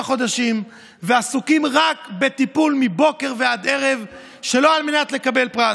חודשים ועסוקים רק בטיפול מבוקר ועד ערב שלא על מנת לקבל פרס,